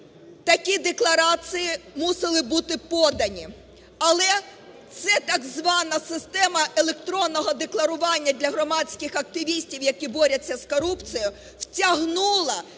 такі декларації мусили бути подані, але ця так звана система електронного декларування для громадських активістів, які борються з корупцією, втягнула